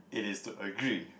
it is to agree